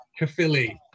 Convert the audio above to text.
Kafili